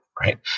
right